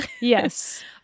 Yes